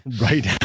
Right